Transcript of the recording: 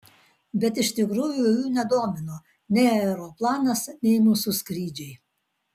bet iš tikrųjų jų nedomino nei aeroplanas nei mūsų skrydžiai